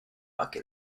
like